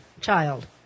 child